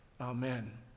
amen